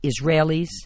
Israelis